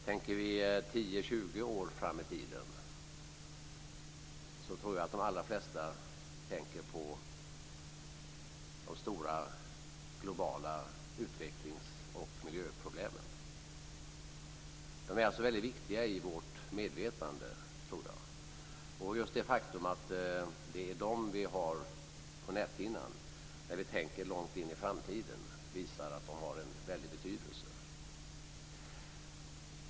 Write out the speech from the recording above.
Tänker vi 10-20 år fram i tiden tror jag att de allra flesta tänker på de stora globala utvecklings och miljöproblemen. De är alltså väldigt viktiga i vårt medvetande, tror jag. Just det faktum att det är dem vi har på näthinnan när vi tänker långt in i framtiden visar att de har en väldig betydelse.